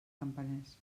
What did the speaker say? campaners